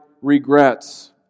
regrets